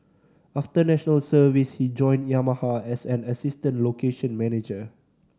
after National Service he joined Yamaha as an assistant location manager